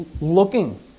looking